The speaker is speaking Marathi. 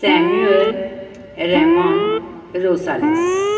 Samuel Ramon Rosales